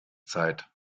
zeit